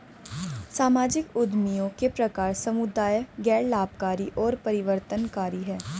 सामाजिक उद्यमियों के प्रकार समुदाय, गैर लाभकारी और परिवर्तनकारी हैं